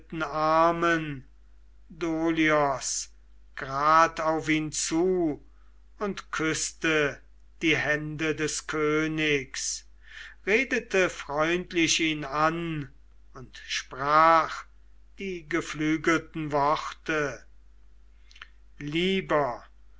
armen dolios grad auf ihn zu und küßte die hände des königs redete freundlich ihn an und sprach die geflügelten worte lieber